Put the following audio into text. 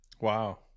Wow